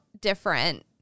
different